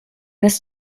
this